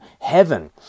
heaven